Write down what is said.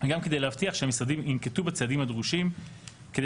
וגם כדי להבטיח שהמשרדים ינקטו בצעדים הדרושים כדי